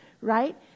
right